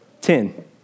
Ten